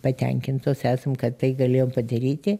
patenkintos esam kad tai galėjom padaryti